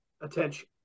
attention